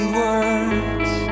words